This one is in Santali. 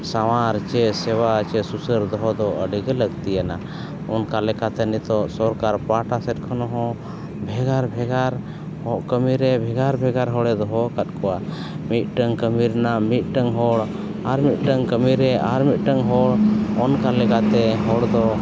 ᱥᱟᱶᱟᱨ ᱪᱮ ᱥᱮᱵᱟ ᱪᱮ ᱥᱩᱥᱟᱹᱨ ᱫᱚᱦᱚ ᱫᱚ ᱟᱹᱰᱤᱜᱮ ᱞᱟᱹᱠᱛᱤᱭᱟᱱᱟ ᱚᱱᱠᱟ ᱞᱮᱠᱟᱛᱮ ᱱᱤᱛᱚᱜ ᱥᱚᱨᱠᱟᱨ ᱯᱟᱦᱴᱟ ᱥᱮᱫ ᱠᱷᱚᱱ ᱦᱚᱸ ᱵᱷᱮᱜᱟᱨ ᱵᱷᱮᱜᱟᱨ ᱠᱟᱹᱢᱤᱨᱮ ᱵᱷᱮᱜᱟᱨ ᱵᱷᱮᱜᱟᱨ ᱦᱚᱲᱮ ᱫᱚᱦᱚ ᱠᱟᱫ ᱠᱚᱣᱟ ᱢᱤᱫᱴᱟᱹᱱ ᱠᱟᱹᱢᱤ ᱨᱮᱱᱟᱜ ᱢᱤᱫᱴᱟᱱ ᱦᱚᱲ ᱟᱨ ᱢᱤᱫᱴᱟᱱ ᱠᱟᱹᱢᱤᱨᱮ ᱟᱨ ᱢᱤᱫᱴᱟᱱ ᱦᱚᱲ ᱚᱱᱠᱟ ᱞᱮᱠᱟᱛᱮ ᱦᱚᱲ ᱫᱚ